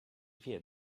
wie